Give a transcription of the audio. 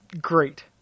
Great